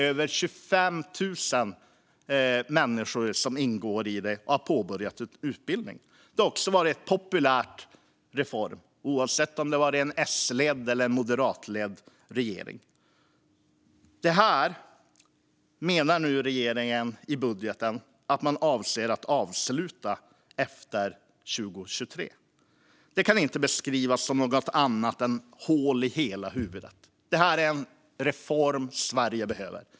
Över 25 000 personer har påbörjat en utbildning. Det har också varit en populär reform oavsett om det har varit en S eller moderatledd regering. Detta menar regeringen nu i budgeten att man avser att avsluta efter 2023. Det kan inte beskrivas som något annat än hål i hela huvudet. Det här är en reform som Sverige behöver.